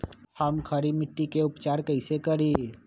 हम खड़ी मिट्टी के उपचार कईसे करी?